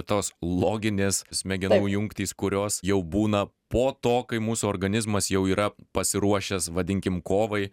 tos loginės smegenų jungtys kurios jau būna po to kai mūsų organizmas jau yra pasiruošęs vadinkim kovai